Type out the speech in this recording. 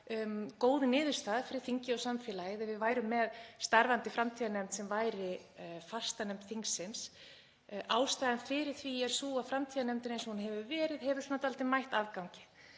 góð niðurstaða fyrir þingið og samfélagið ef við værum með starfandi framtíðarnefnd sem væri fastanefnd þingsins. Ástæðan fyrir því er sú að framtíðarnefndin eins og hún hefur verið hefur dálítið mætt afgangi,